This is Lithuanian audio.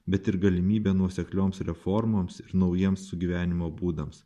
bet ir galimybę nuoseklioms reformoms ir naujiems sugyvenimo būdams